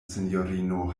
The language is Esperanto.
sinjorino